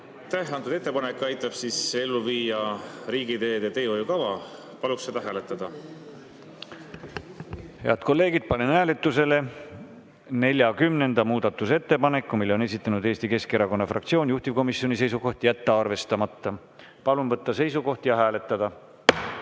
Antud ettepanek aitab ellu viia riigiteede teehoiukava. Paluks seda hääletada. Head kolleegid, panen hääletusele 40. muudatusettepaneku. Selle on esitanud Eesti Keskerakonna fraktsioon. Juhtivkomisjoni seisukoht on jätta arvestamata. Palun võtta seisukoht ja hääletada!